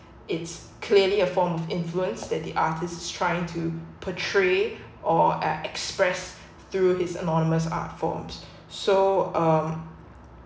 it's clearly a form influence that the artist's trying to portray or express through his anonymous art forms so um